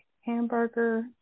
hamburger